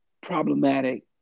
problematic